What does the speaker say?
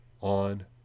on